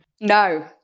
No